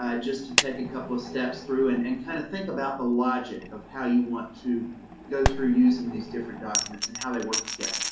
ah just to take a couple of steps through and and kind of think about the logic of how you want to go through using these different documents and how they work together.